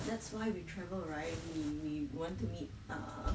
that's why we travel right we we want to meet err